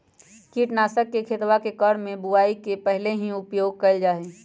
कीटनाशकवन के खेतवा के क्रम में बुवाई के पहले भी उपयोग कइल जाहई